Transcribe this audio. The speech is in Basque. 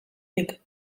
nik